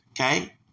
Okay